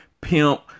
pimp